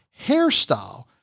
hairstyle